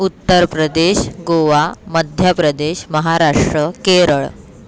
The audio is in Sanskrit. उत्तरप्रदेशः गोवा मध्यप्रदेशः महाराष्ट्रं केरळ्